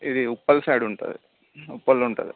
ఇది ఉప్పల్ సైడ్ ఉంటుంది ఉప్పల్లో ఉంటుంది